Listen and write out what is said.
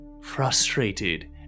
frustrated